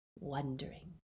wondering